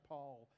Paul